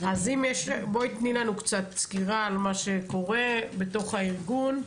אז תני לנו קצת סקירה על מה שקורה בתוך הארגון.